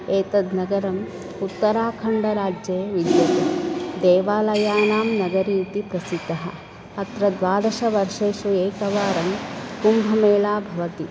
एतद् नगरम् उत्तराखण्डराज्ये विद्यते देवालयानां नगरी इति प्रसिद्धः अत्र द्वादशवर्षेषु एकवारं कुम्भमेळा भवति